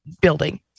building